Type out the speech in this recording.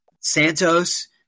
Santos